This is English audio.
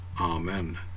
Amen